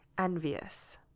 Envious